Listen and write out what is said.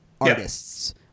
artists